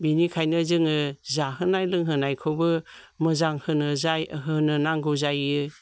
बिनिखायनो जोङो जाहोनाय लोंहोनायखौबो मोजां होनो नांगौ जायो